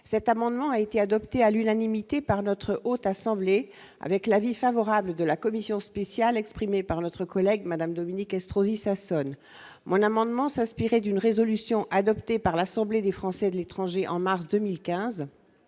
cet amendement a été adopté à l'unanimité par notre Haute assemblée avec l'avis favorable de la commission spéciale exprimée par notre collègue Madame Dominique Estrosi Sassone mon amendement s'inspirait d'une résolution adoptée par l'Assemblée des Français de l'étranger, en mars 2015,